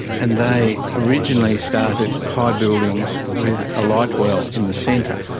and they originally started high buildings with a light well in the centre.